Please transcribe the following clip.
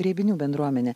ribinių bendruomene